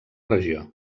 regió